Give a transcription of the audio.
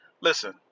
Listen